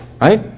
Right